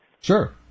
Sure